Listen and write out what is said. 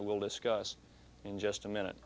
that will discuss in just a minute